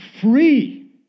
free